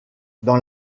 dans